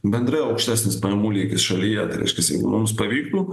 bendrai aukštesnis pajamų lygis šalyje tai reiškias jeigu mums pavyktų